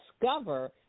discover